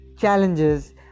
challenges